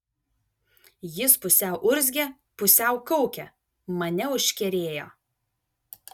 jis pusiau urzgė pusiau kaukė mane užkerėjo